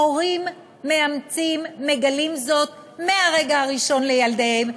הורים מאמצים מגלים זאת מהרגע הראשון לילדיהם,